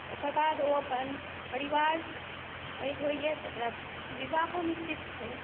ओकर बाद ओ अपन परिवार पैघ होइए तऽ ओकरा विवाहो निश्चित छै